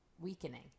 weakening